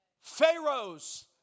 Pharaohs